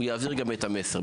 גם הוא יעביר את המסר.